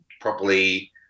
properly